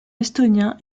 estonien